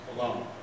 alone